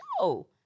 no